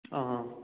ꯑꯥ